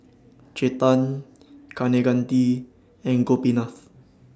Chetan Kaneganti and Gopinath